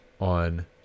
on